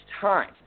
time